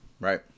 right